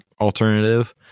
alternative